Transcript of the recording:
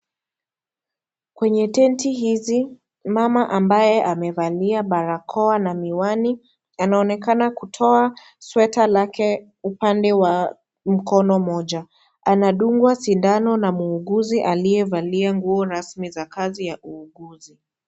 Kwenye tenti hizi mama ambaye amevalia barakoa na miwani anaonekana kutoa sweta lake upande wa mkono moja, anadungwa sindano na muuguzi aliyevalia nguo rasmi za kazi ya uuguzi.